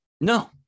no